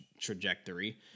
trajectory